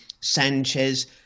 Sanchez